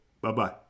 Bye-bye